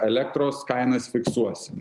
elektros kainas fiksuosim